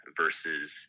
versus